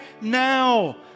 now